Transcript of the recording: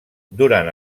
durant